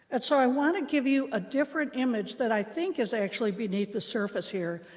and so i want to give you a different image that i think is actually beneath the surface here.